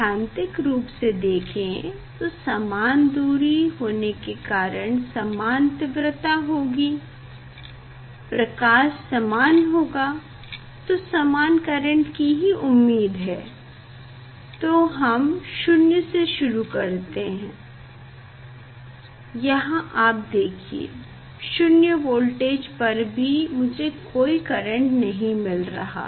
सैद्धांतिक रूप से देखें तो समान दूरी होने के कारण समान तीव्रता होगी प्रकाश समान होगा तो समान करेंट की ही उम्मीद है तो हम 0 से शुरू करते हैं यहाँ आप देखिए 0 वोल्टेज पर भी मुझे कोई करेंट नहीं मिल रहा